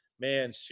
man